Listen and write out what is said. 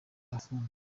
arafungwa